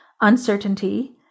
uncertainty